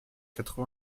quatre